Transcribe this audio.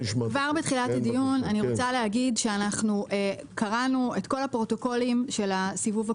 כבר בתחילת הדיון אני רוצה להגיד שקראנו את כל הפרוטוקולים של הסיבוב.